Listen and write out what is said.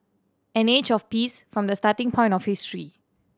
an age of peace from the starting point of history